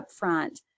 upfront